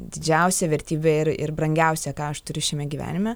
didžiausia vertybė ir brangiausia ką aš turiu šiame gyvenime